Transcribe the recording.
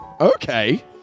Okay